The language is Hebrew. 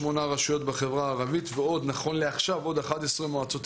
בואו נחדד פה כמה מושגים שלרובנו מוכרים.